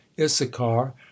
Issachar